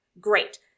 great